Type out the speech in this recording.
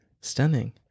stunning